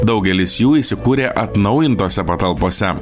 daugelis jų įsikūrė atnaujintose patalpose